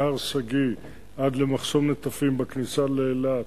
מהר שגיא עד למחסום נטפים בכניסה לאילת,